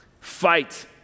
fight